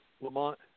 Lamont